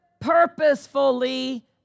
purposefully